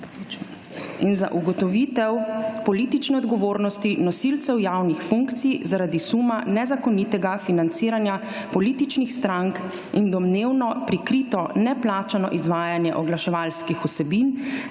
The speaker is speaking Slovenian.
in za ugotovitev politične odgovornosti nosilcev javnih funkcij zaradi suma nezakonitega financiranja političnih strank in domnevno prikrito neplačano izvajanje oglaševalskih vsebin